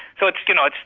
so, you know,